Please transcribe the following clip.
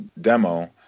demo